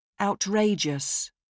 Outrageous